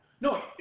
No